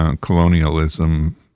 colonialism